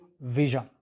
vision